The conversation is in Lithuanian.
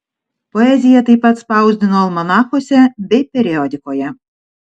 poeziją taip pat spausdino almanachuose bei periodikoje